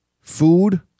food